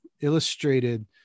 illustrated